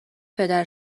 پدر